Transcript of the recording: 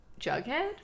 jughead